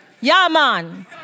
Yaman